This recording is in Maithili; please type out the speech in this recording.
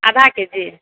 आधा के जी